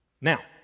now